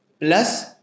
plus